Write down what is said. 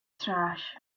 trash